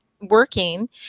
working